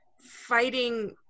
fighting